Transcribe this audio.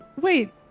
Wait